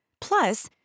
Plus